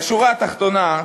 בשורה התחתונה,